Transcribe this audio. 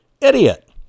idiot